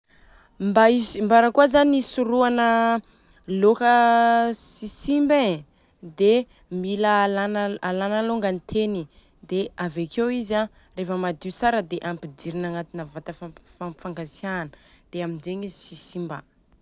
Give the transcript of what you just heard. Mba hisii mbarakôa zany hisorohana lôka tsy simba e dia mila alana malôngany i teny dia avieko izy an revô madio tsara dia ampidirina agnaty vatafampy- fampangatsihana, dia amzegny izy tsy simba.